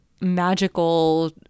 magical